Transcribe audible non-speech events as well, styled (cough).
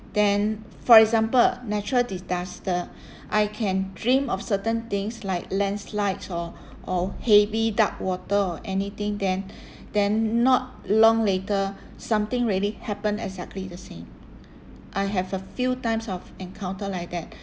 then for example natural disaster I can dream of certain things like landslides or or heavy dark water or anything then (breath) then not long later something really happened exactly the same I have a few times of encounter like that